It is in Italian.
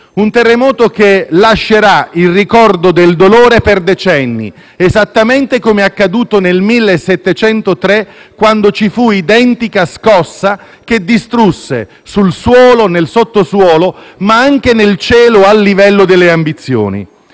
Il terremoto lascerà il ricordo del dolore per decenni, esattamente come accaduto nel 1703, quando ci fu un'identica scossa che distrusse il suolo e il sottosuolo, ma anche il cielo, a livello delle ambizioni.